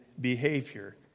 behavior